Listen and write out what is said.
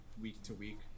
week-to-week